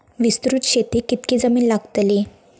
विस्तृत शेतीक कितकी जमीन लागतली?